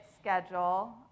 schedule